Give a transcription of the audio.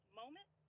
moment